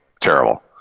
terrible